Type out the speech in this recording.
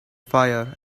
fire